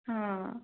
ಹಾಂ